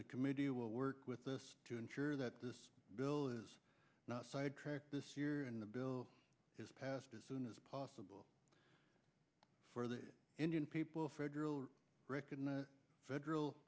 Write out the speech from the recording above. the committee will work with this to ensure that this bill is not sidetracked this year and the bill is passed as soon as possible for the indian people federal recognize federal